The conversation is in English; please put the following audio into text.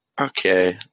Okay